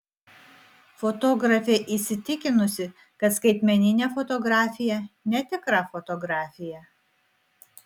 fotografė įsitikinusi kad skaitmeninė fotografija netikra fotografija